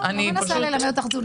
אני לא מנסה ללמד אותך תזונה.